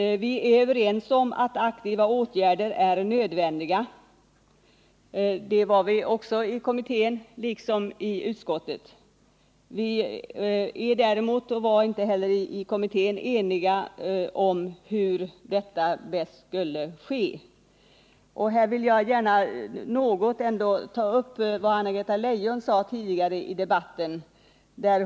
Vi är vidare överens om att aktiva åtgärder är nödvändiga, och det var vi också i kommittén, liksom i utskottet. Vi var däremot i kommittén inte eniga om hur detta bäst skulle ske. Här vill jag gärna ta upp något av vad Anna-Greta Leijon sade tidigare i debatten.